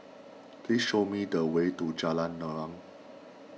please show me the way to Jalan Naung